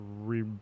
re